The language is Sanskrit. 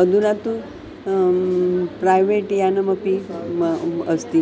अधुना तु प्रैवेट् यानमपि अस्ति